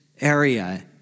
area